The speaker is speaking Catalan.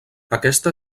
aquesta